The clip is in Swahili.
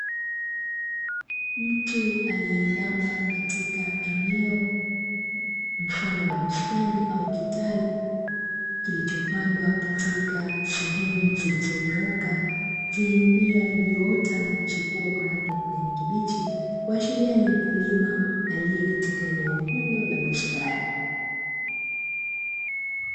Mtu aliyeinama katika eneo mfano wa bustani au kitalu, kilichopandwa katika sehemu zilizonyooka zenye mimea iliyoota na kuchipua kwa rangi ya kijani kibichi, kuashiria ni mkulima aliye katika eneo hilo la bustani.